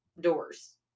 doors